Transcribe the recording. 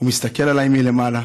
הוא מסתכל עליי מלמעלה,